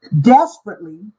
desperately